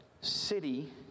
city